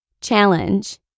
Challenge